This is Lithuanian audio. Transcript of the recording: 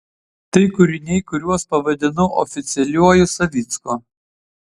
tai kūriniai kuriuos pavadinau oficialiuoju savicku